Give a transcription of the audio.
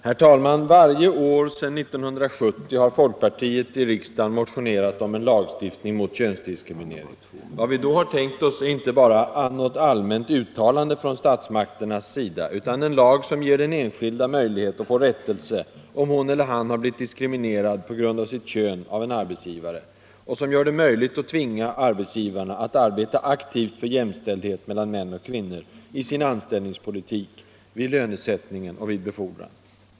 Herr talman! Varje år sedan 1970 har folkpartiet i riksdagen motionerat om lagstiftning mot könsdiskriminering. Vad vi då har tänkt oss är inte bara något allmänt uttalande från statsmakternas sida, utan en lag som ger den enskilde möjlighet att få rättelse om hon eller han har blivit diskriminerad på grund av sitt kön av en arbetsgivare och som gör det möjligt att tvinga arbetsgivarna att arbeta aktivt för jämställdhet mellan män och kvinnor i sin anställningspolitik, vid lönesättningen och vid befordran.